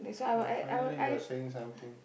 ya finally you are saying something